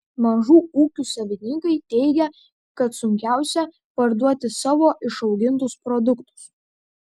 mažų ūkių savininkai teigia kad sunkiausia parduoti savo išaugintus produktus